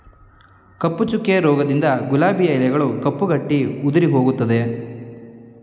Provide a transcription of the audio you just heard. ಕಪ್ಪು ಚುಕ್ಕೆ ರೋಗದಿಂದ ಗುಲಾಬಿಯ ಎಲೆಗಳು ಕಪ್ಪು ಗಟ್ಟಿ ಉದುರಿಹೋಗುತ್ತದೆ